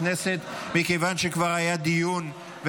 הצעת חוק איסור הלבנת הון (תיקון,